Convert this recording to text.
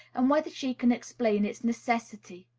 and whether she can explain its necessity.